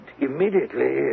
immediately